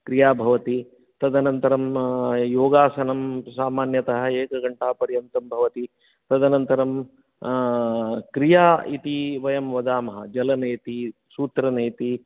क्रिया भवति तदनन्तरं योगासनं सामान्यतः एकघण्टां पर्यान्तं भवति तदनन्तरं क्रिया इति वयं वदामः जलनीति सूत्रनीति